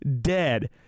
dead